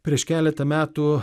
prieš keletą metų